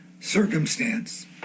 circumstance